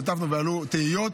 השתתפנו ועלו תהיות.